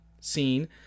scene